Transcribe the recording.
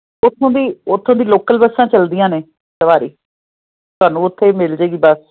ਓਥੋਂ ਵੀ ਉਥੋਂ ਦੀ ਲੋਕਲ ਬੱਸਾਂ ਚੱਲਦੀਆਂ ਨੇ ਦੁਬਾਰੇ ਤੁਹਾਨੂੰ ਉੱਥੇ ਮਿਲ ਜਾਏਗੀ ਬਸ